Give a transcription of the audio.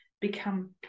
become